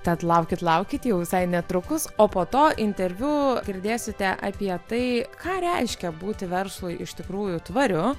tad laukit laukit jau visai netrukus o po to interviu girdėsite apie tai ką reiškia būti verslui iš tikrųjų tvariu